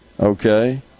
okay